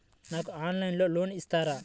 నాకు ఆన్లైన్లో లోన్ ఇస్తారా?